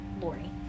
Lori